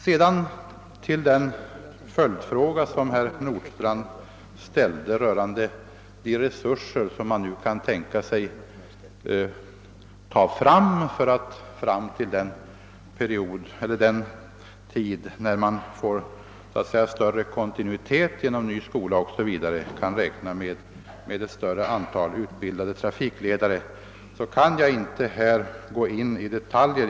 Herr Nordstrandh ställde en följdfråga rörande de resurser man kan tänka sig att ställa till förfogande för att, till dess man får större kontinuitet genom en ny skola, kunna räkna med ett större antal utbildade trafikledare. Denna fråga kan jag inte i detalj gå in på här i dag.